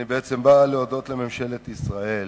אני בעצם בא להודות לממשלת ישראל